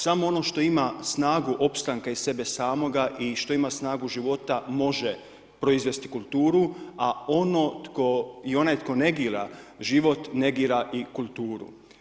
Samo ono što ima snagu opstanka i sebe samoga, i što ima snagu života može proizvesti kulturu, a ono tko i onaj tko negira život, negira i kulturu.